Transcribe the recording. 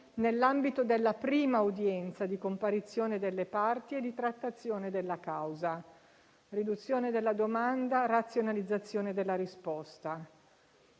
nell'ambito della prima udienza di comparizione delle parti e di trattazione della causa: riduzione della domanda, razionalizzazione della risposta.